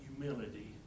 humility